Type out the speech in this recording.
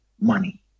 money